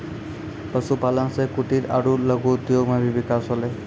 पशुपालन से कुटिर आरु लघु उद्योग मे भी बिकास होलै